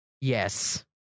yes